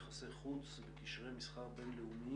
יחסי חוץ וקשרי מסחר בין-לאומיים.